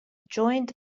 joined